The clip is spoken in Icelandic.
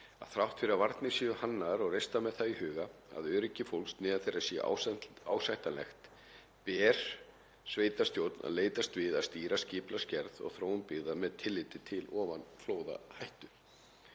þrátt fyrir að varnir séu hannaðar og reistar með það í huga að öryggi fólks neðan þeirra sé ásættanlegt ber sveitarstjórn að leitast við að stýra skipulagsgerð og þróun byggða með tilliti til ofanflóðahættu.